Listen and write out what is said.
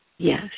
Yes